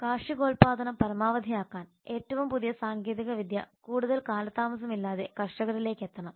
കാർഷികോത്പാദനം പരമാവധിയാക്കാൻ ഏറ്റവും പുതിയ സാങ്കേതികവിദ്യ കൂടുതൽ കാലതാമസമില്ലാതെ കർഷകരിലേക്ക് എത്തണം